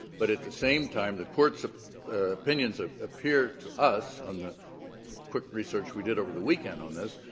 but at the same time, the court's ah opinions ah appear to us, on the quick research we did over the weekend on this,